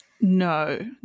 No